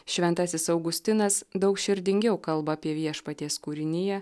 šventasis augustinas daug širdingiau kalba apie viešpaties kūriniją